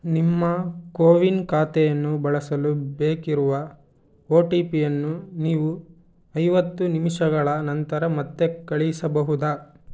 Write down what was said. ನಿಮ್ಮ ಕೋವಿನ್ ಖಾತೆಯನ್ನು ಬಳಸಲು ಬೇಕಿರುವ ಒ ಟಿ ಪಿಯನ್ನು ನೀವು ಐವತ್ತು ನಿಮಿಷಗಳ ನಂತರ ಮತ್ತೆ ಕಳುಹಿಸಬಹುದಾ